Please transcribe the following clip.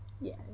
Yes